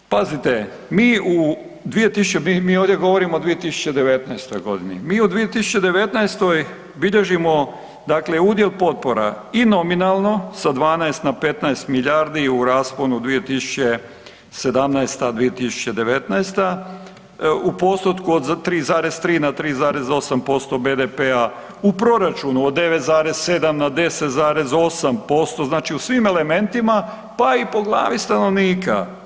Pazite mi u, mi ovdje govorimo o 2019.-toj godini, mi u 2019. bilježimo dakle udio potpora i nominalno sa 12 na 15 milijardi i u rasponu 2017.-2019., u postotku od 3,3 na 3,8% BDP-a, u proračunu od 9,7 na 10,8%, znači u svim elementima pa i po glavi stanovnika.